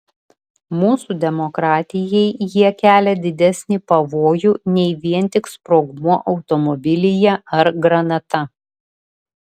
mūsų demokratijai jie kelia didesnį pavojų nei vien tik sprogmuo automobilyje ar granata